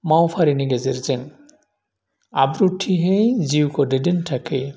मावफारिनि गेजेरजों आब्रुथियै जिउखौ दैदेननो थाखै